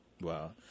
wow